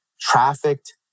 trafficked